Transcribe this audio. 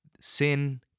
Sin